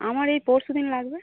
আমার এই পরশু দিন লাগবে